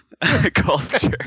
Culture